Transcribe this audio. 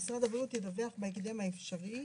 משרד הבריאות ידווח בהקדם האפשרי